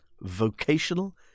Vocational